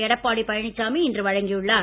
எடப்பாடி பழனிசாமி இன்று வழங்கியுள்ளார்